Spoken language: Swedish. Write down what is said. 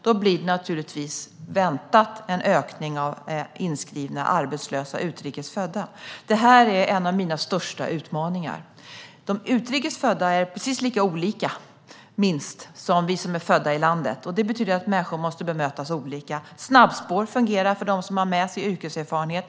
Då blir det naturligtvis en väntad ökning av inskrivna arbetslösa utrikes födda. Det här är en av mina största utmaningar. De utrikes födda är minst lika olika som vi som är födda i landet. Det betyder att människor måste bemötas olika. Snabbspår fungerar för dem som har med sig yrkeserfarenhet.